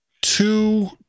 two